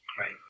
Right